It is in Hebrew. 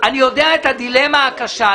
אני יודע את הדילמה הקשה.